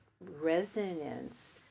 resonance